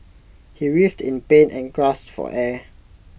he writhed in pain and gasped for air